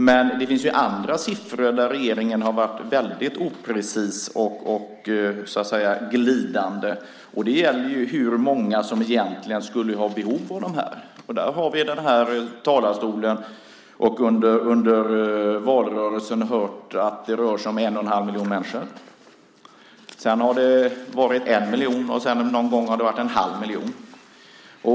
Men det finns andra siffror där regeringen har varit väldigt oprecis och glidande. Det gäller hur många som egentligen skulle ha behov av nystartsjobben. Där har vi från talarstolen och under valrörelsen hört att det rör sig om en och en halv miljon människor. Sedan har det varit en miljon, och någon gång har det varit en halv miljon.